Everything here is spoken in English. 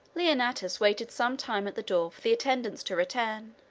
leonnatus waited some time at the door for the attendants to return.